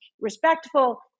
respectful